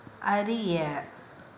அறிய